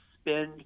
spend